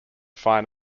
fine